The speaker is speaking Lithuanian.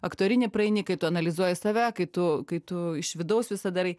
aktorinį praeini kai tu analizuoji save kai tu kai tu iš vidaus visa darai